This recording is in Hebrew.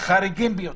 חריגים ביותר,